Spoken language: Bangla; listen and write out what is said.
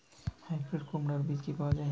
হাইব্রিড কুমড়ার বীজ কি পাওয়া য়ায়?